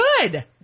Good